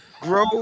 grow